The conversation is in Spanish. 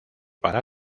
para